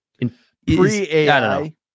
pre-ai